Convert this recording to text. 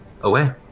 away